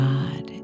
God